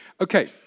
Okay